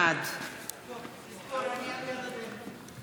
בעד פנינה תמנו,